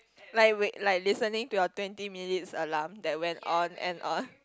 like wait like listening to your twenty minutes alarm that went on and on